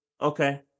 Okay